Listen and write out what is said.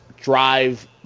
drive